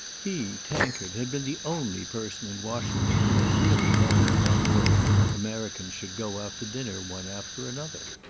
he, tankard, had been the only person in washington who had really known in what order americans should go out to dinner one after another.